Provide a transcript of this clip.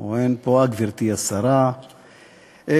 או אין פה, אה, גברתי השרה, ברשותך,